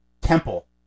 Temple